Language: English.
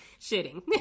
Shitting